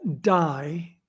die